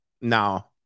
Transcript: no